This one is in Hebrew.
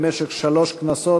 במשך שלוש כנסות,